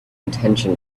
intention